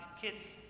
kids